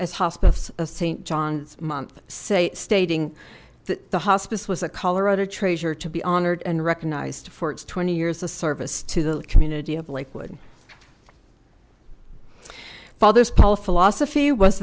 as hospice of saint john's month say stating that the hospice was a colorado treasure to be honored and recognized for its twenty years of service to the community of lakewood fathers paul philosophy was